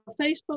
facebook